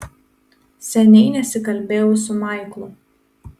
seniai nesikalbėjau su maiklu